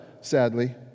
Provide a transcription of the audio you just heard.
sadly